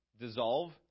dissolve